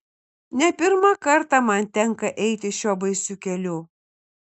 ne pirmą kartą man tenka eiti šiuo baisiu keliu